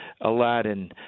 Aladdin